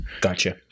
Gotcha